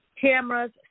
Cameras